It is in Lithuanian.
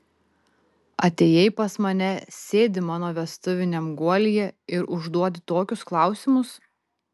atėjai pas mane sėdi mano vestuviniam guolyje ir užduodi tokius klausimus